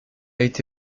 été